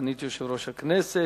סגנית יושב-ראש הכנסת.